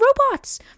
robots